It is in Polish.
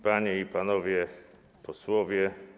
Panie i Panowie Posłowie!